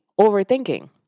overthinking